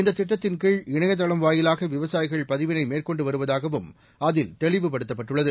இந்த திட்டத்தின் கீழ் இணையதளம் வாயிவாக விவசாயிகள் பதிவினை மேற்கொண்டு வருவதாகவும் அதில் தெளிவுபடுத்தப்பட்டுள்ளது